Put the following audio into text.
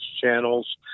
channels